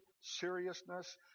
seriousness